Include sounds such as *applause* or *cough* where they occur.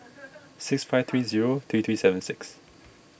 *noise* six five three zero three three seven six